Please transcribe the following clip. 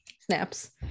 snaps